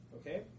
Okay